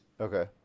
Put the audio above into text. okay